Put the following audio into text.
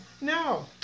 No